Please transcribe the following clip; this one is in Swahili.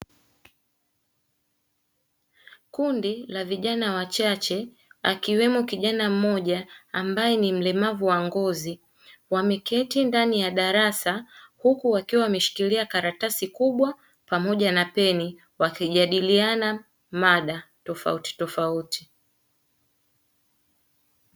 Kundi la vijana wachache akiwemo kijana mmoja ambaye ni mlemavu wa ngozi, wameketi ndani ya darasa huku wakiwa wameshikilia karatasi kubwa pamoja na peni wakijadiliana mada tofautitofauti.